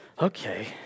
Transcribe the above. Okay